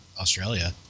Australia